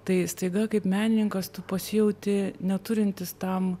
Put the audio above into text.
tai staiga kaip menininkas tu pasijauti neturintis tam